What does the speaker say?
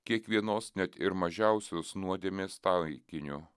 kiekvienos net ir mažiausios nuodėmės taikiniu